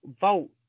vote